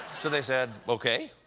so they said okay.